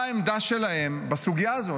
מה העמדה שלהם בסוגיה הזו?